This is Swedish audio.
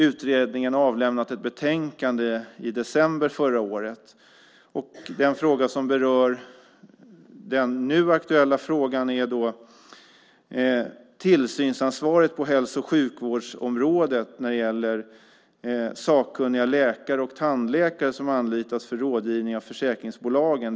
Utredningen avlämnade ett betänkande i december förra året. Den fråga som berör den nu aktuella frågan är tillsynsansvaret på hälso och sjukvårdsområdet när det gäller sakkunniga läkare och tandläkare som anlitas för rådgivning av försäkringsbolagen.